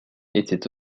était